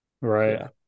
Right